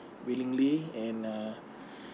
willingly and uh